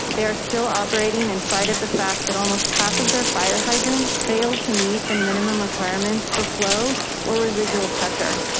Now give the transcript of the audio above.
they are still operating in spite of the fact that almost half of their fire hydrants. failed to meet the minimum requirements for flow or residual pressure.